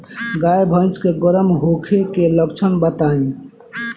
गाय भैंस के गर्म होखे के लक्षण बताई?